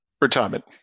Retirement